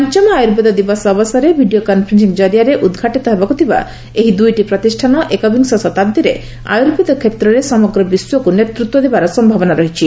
ପଞ୍ଚମ ଆୟୁର୍ବେଦ ଦିବସ ଅବସରରେ ଭିଡ଼ିଓ କନ୍ଫରେନ୍ସିଂ ଜରିଆରେ ଉଦ୍ଘାଟିତ ହେବାକୁ ଥିବା ଏହି ଦୁଇଟି ପ୍ରତିଷ୍ଠାନ ଏକବିଂଶ ଶତାବ୍ଦୀରେ ଆୟୁର୍ବେଦ କ୍ଷେତ୍ରରେ ସମଗ୍ର ବିଶ୍ୱକୁ ନେତୃତ୍ୱ ଦେବାର ସମ୍ଭାବନା ରହିଛି